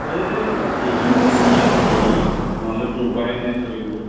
এই এইখিনিকে কৰি আছোঁ দেই নহ'লেতো উপায়ে নাই চলিবলে